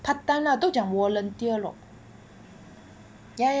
part time lah 都讲 volunteer lor